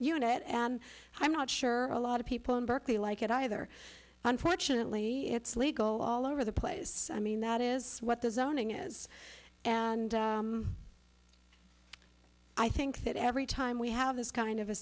unit and i'm not sure a lot of people in berkeley like it either unfortunately it's legal all over the place i mean that is what the zoning is and i think that every time we have this kind of a